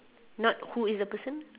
not who is the person